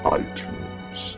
iTunes